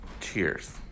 cheers